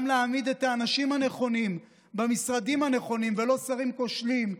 גם להעמיד את האנשים הנכונים במשרדים הנכונים ולא שרים כושלים,